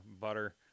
butter